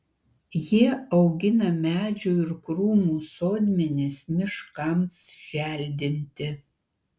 jie augina medžių ir krūmų sodmenis miškams želdinti